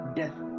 death